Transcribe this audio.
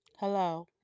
Hello